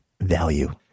value